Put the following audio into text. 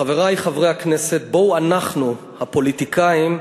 חברי חברי הכנסת, בואו אנחנו, הפוליטיקאים,